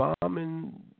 bombing